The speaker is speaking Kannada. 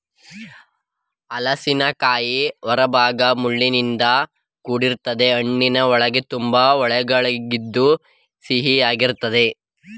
ಹಲಸಿನಕಾಯಿಯ ಹೊರಭಾಗ ಮುಳ್ಳಿನಿಂದ ಕೂಡಿರ್ತದೆ ಹಣ್ಣಿನ ಒಳಗೆ ತುಂಬಾ ತೊಳೆಗಳಿದ್ದು ಸಿಹಿಯಾಗಿರ್ತದೆ